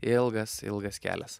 ilgas ilgas kelias